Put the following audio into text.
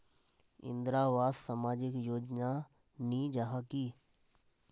इंदरावास सामाजिक योजना नी जाहा की?